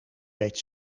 weet